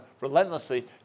relentlessly